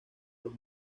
los